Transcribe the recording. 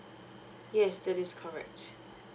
yes that is correct